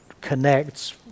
connects